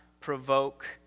provoke